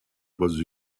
was